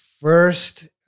first